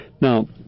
Now